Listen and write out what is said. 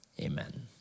amen